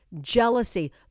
jealousy